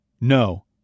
no